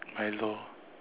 Milo